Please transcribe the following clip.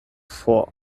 for